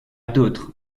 d’autres